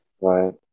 Right